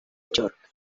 york